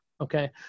Okay